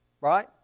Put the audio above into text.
Right